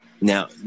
Now